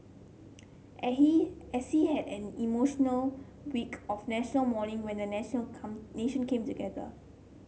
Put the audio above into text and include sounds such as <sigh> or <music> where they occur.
<unintelligible> he as he had an emotional week of National Mourning when a national come nation came together